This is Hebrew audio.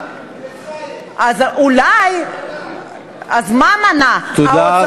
זה מה שמנע?